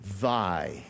Thy